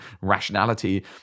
rationality